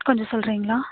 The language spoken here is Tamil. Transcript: கொஞ்சம் சொல்றீங்களா